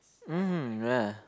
mm ya